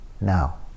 now